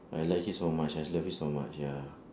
I like it so much I love it so much ya